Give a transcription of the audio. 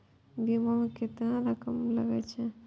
बीमा में केतना रकम लगे छै?